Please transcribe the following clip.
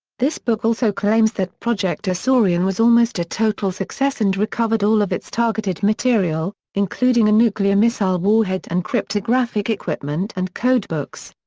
this book also claims that project azorian was almost a total success and recovered all of its targeted material, including a nuclear missile warhead and cryptographic equipment and codebooks.